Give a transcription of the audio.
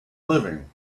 living